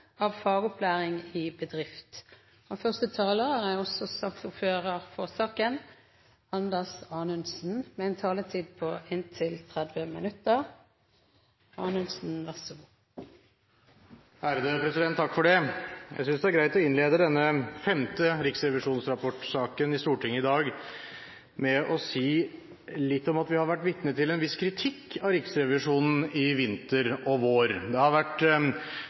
av bygninger på universiteter og høyskoler. Og jeg kommer til å bruke Riksrevisjonens rapport for alt den er verdt, i alle budsjettdrakamper videre framover. Flere har ikke bedt om ordet til sak nr. 5. Jeg synes det er greit å innlede denne femte riksrevisjonsrapportsaken i Stortinget i dag med å si litt om at vi har vært vitne til en viss kritikk av Riksrevisjonen i vinter og i vår. Det har vært